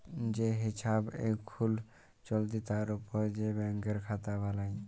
যে হিছাব এখুল চলতি তার উপর যে ব্যাংকের খাতা বালাই